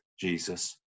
Jesus